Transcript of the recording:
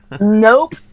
Nope